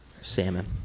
salmon